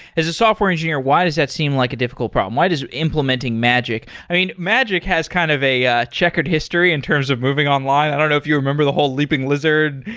as a software engineer, why does that seem like a difficult problem? why does implementing magic i mean, magic has kind of a a checkered history in terms of moving online. i don't know if you remember the whole leaping lizard.